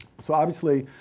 so, obviously,